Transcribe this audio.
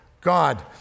God